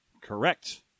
Correct